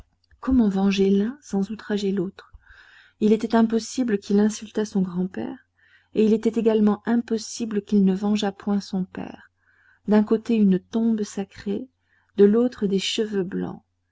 comment venger l'un sans outrager l'autre il était impossible qu'il insultât son grand-père et il était également impossible qu'il ne vengeât point son père d'un côté une tombe sacrée de l'autre des cheveux blancs